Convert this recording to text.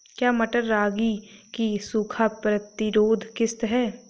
क्या मटर रागी की सूखा प्रतिरोध किश्त है?